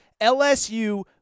LSU